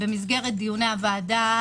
במסגרת דיוני הוועדה,